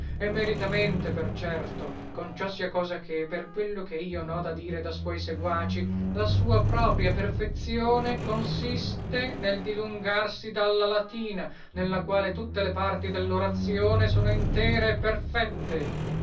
e meritamente per certo conciosia cosa che per quello che io noda dire da suoi seguaci la sua propria perfezzione consiste nel dilungarsi dalla latina nella quale tutte le parti dellorazione sono intere e perfette